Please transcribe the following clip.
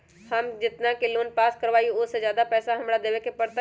हम जितना के लोन पास कर बाबई ओ से ज्यादा पैसा हमरा देवे के पड़तई?